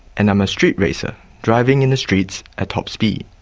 and i'm a street racer driving in the streets at top speed.